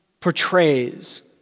portrays